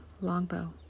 longbow